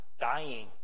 dying